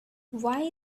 why